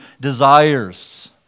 desires